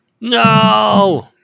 No